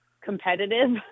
competitive